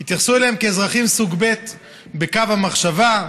התייחסו אליהם כאל אזרחים סוג ב' בקו המחשבה,